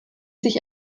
sich